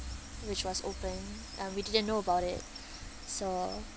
which was open um we didn't know about it so